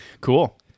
Cool